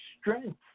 strength